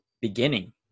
beginning